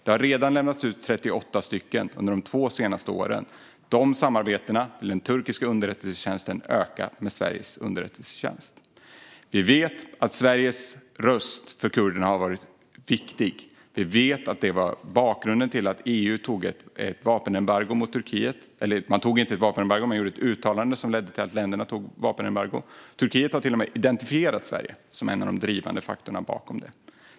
Det har redan lämnats ut 38 stycken under de två senaste åren. De samarbetena ökar - det gäller den turkiska underrättelsetjänsten och Sveriges underrättelsetjänst. Vi vet att Sveriges röst för kurderna har varit viktig. Vi vet att det var bakgrunden till att EU införde ett vapenembargo mot Turkiet - eller man införde inte ett vapenembargo, utan man gjorde ett uttalande som ledde till att länderna införde vapenembargo. Turkiet har till och med identifierat Sverige som en av de drivande faktorerna bakom detta.